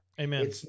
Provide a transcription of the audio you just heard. Amen